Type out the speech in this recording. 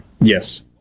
Yes